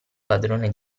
padrone